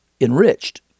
enriched